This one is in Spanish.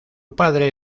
padre